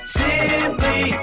simply